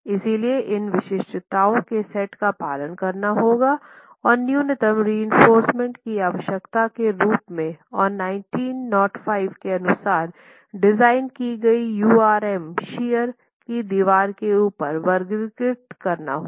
इसलिए इन विशिष्टताओं के सेट का पालन करना होगा और न्यूनतम रिइंफोर्समेन्ट की आवश्यकता के रूप में और 1905 के अनुसार डिज़ाइन की गई URM शियर की दीवार के ऊपर वर्गीकृत करना होगा